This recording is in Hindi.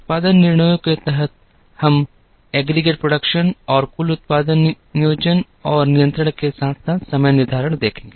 उत्पादन निर्णयों के तहत हम कुल उत्पादन नियोजन और नियंत्रण के साथ साथ समय निर्धारण देखेंगे